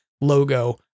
logo